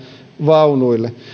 vaunuille